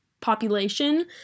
population